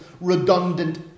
redundant